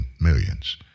millions